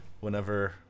Whenever